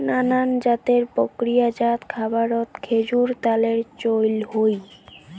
নানান জাতের প্রক্রিয়াজাত খাবারত খেজুর ত্যালের চইল হই